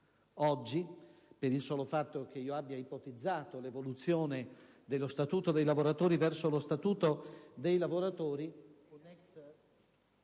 Oggi, per il solo fatto che io abbia ipotizzato l'evoluzione dello Statuto dei lavoratori verso lo Statuto dei lavori,